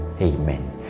Amen